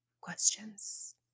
questions